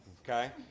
Okay